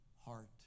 heart